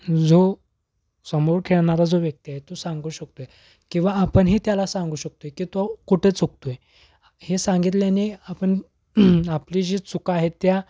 जो समोर खेळणारा जो व्यक्ती आहे तो सांगू शकतो आहे किंवा आपणही त्याला सांगू शकतो आहे की तो कुठे चुकतो आहे हे सांगितल्याने आपण आपली जी चुका आहे त्या